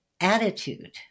attitude